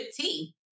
tea